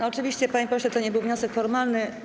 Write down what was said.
Oczywiście, panie pośle, to nie był wniosek formalny.